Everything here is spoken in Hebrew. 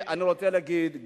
אני רוצה לבוא ולהגיד,